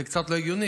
זה החלק הראשון,